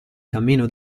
cammino